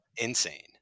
insane